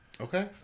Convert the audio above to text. Okay